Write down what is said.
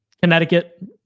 Connecticut